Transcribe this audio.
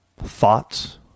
thoughts